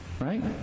right